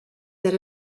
that